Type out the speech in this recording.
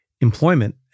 employment